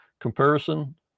comparison